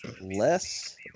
less